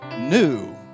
new